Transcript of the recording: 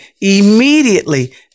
immediately